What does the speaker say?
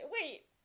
wait